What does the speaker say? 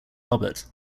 robert